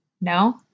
No